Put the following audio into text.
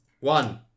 One